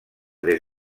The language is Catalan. des